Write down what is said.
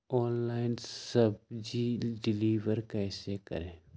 Online सब्जी deliver कैसे करें?